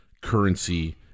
currency